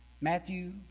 Matthew